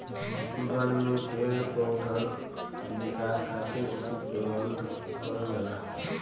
बन में पेड़ पउधन विकास खातिर उचित प्रबंध करल जाला